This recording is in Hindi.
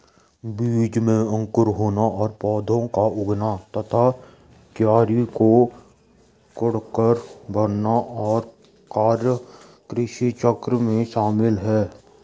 बीज में अंकुर होना और पौधा का उगना तथा क्यारी को कोड़कर भरना आदि कार्य कृषिचक्र में शामिल है